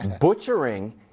butchering